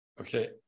Okay